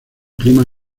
clima